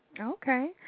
Okay